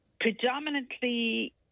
predominantly